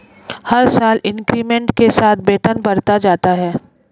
हर साल इंक्रीमेंट के साथ वेतन बढ़ता जाता है